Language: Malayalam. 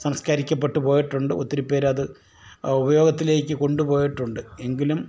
സംസ്കരിക്കപ്പെട്ടുപോയിട്ടുണ്ട് ഒത്തിരി പേരത് ഉപയോഗത്തിലേക്ക് കൊണ്ടുപോയിട്ടുണ്ട് എങ്കിലും